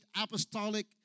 apostolic